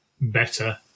better